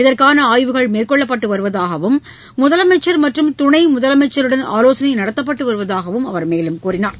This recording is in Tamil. இதற்கான ஆய்வுகள் மேற்கொள்ளப்பட்டு வருவதாகவும் முதலமைச்சர் மற்றும் துணை முதலமைச்சருடன் ஆலோசனை நடத்தப்பட்டு வருவதாகவும் கூறினார்